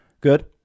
good